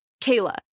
kayla